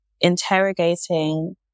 interrogating